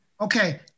Okay